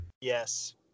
Yes